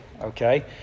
okay